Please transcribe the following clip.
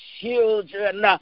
children